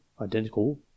identical